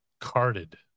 Carded